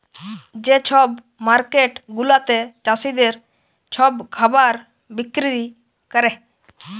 যে ছব মার্কেট গুলাতে চাষীদের ছব খাবার বিক্কিরি ক্যরে